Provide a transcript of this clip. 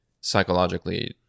psychologically